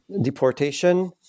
deportation